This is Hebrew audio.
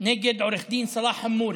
נגד עו"ד סלאח חמורי.